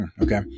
okay